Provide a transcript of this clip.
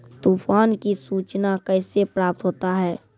तुफान की सुचना कैसे प्राप्त होता हैं?